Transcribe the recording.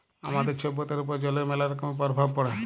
আমাদের ছভ্যতার উপর জলের ম্যালা রকমের পরভাব পড়ে